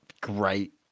great